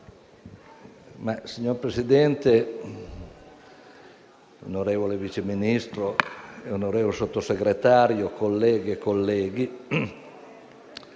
Signor Presidente, onorevole Vice Ministro, onorevole Sottosegretario, colleghe e colleghi,